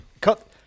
cut